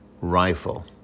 rifle